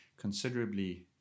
considerably